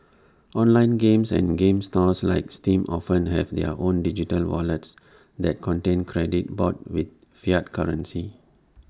online games and game stores like steam often have their own digital wallets that contain credit bought with fiat currency